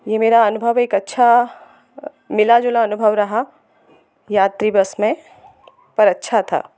यह मेरा अनुभव एक अच्छा मिला जुला अनुभव रहा यात्री बस में पर अच्छा था